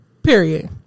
Period